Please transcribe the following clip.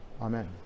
amen